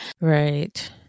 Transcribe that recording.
Right